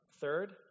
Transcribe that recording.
Third